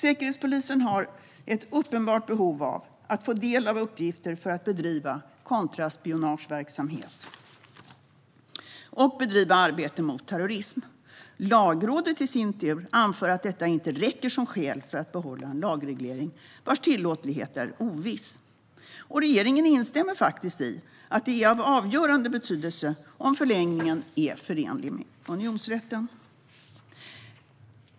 Säkerhetspolisen har ett uppenbart behov av att få del av uppgifter för att bedriva kontraspionageverksamhet och bedriva arbete mot terrorism. Lagrådet i sin tur anför att detta inte räcker som skäl för att behålla en lagreglering vars tillåtlighet är oviss. Regeringen instämmer faktiskt i att det är av avgörande betydelse om förlängningen är förenlig med unionsrätten.